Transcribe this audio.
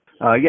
Yes